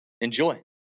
enjoy